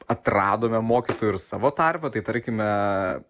atradome mokytojų ir savo tarpe tai tarkime